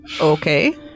okay